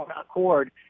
Accord